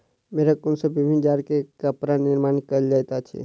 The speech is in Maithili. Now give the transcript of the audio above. भेड़क ऊन सॅ विभिन्न जाड़ के कपड़ा निर्माण कयल जाइत अछि